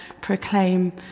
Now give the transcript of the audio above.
proclaim